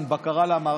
אין בקרה למערכות,